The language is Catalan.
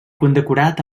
condecorat